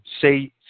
say